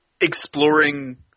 exploring